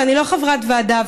ואני לא חברת ועדה,